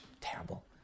Terrible